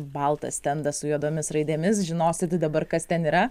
baltą stendą su juodomis raidėmis žinosit dabar kas ten yra